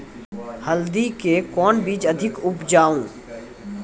हल्दी के कौन बीज अधिक उपजाऊ?